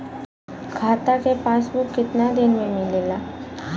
खाता के पासबुक कितना दिन में मिलेला?